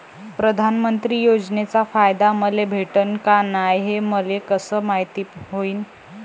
प्रधानमंत्री योजनेचा फायदा मले भेटनं का नाय, हे मले कस मायती होईन?